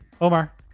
Omar